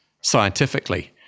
scientifically